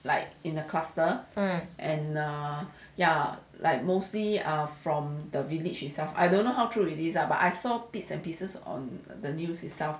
um